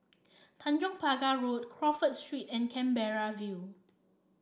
Tanjong Pagar Road Crawford Street and Canberra View